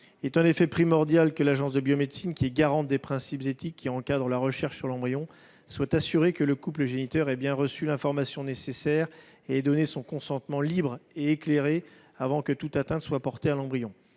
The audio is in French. Il est primordial que l'Agence de la biomédecine, garante des principes éthiques encadrant la recherche sur l'embryon, soit assurée que le couple géniteur a bien reçu l'information nécessaire et donné son consentement libre et éclairé avant que la moindre atteinte ne soit portée à l'embryon.